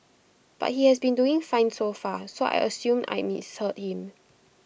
but he has been doing fine so far so I assumed I'd misheard him